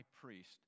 priest